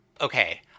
Okay